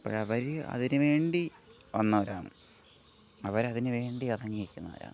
അപ്പോഴവർ അതിനു വേണ്ടി വന്നവരാണ് അവരതിനു വേണ്ടി ഇറങ്ങിയേക്കുന്നവരാണ്